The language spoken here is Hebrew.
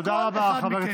תודה רבה.